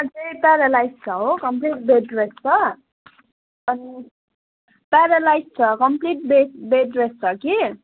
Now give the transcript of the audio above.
खासमा चाहिँ प्यारालाइज छ हो कमप्लिट बेड रेस्ट छ अनि प्यारालाइज छ कमप्लिट बेड बेड रेस्ट छ कि